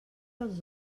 els